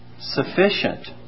sufficient